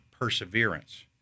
perseverance